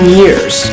years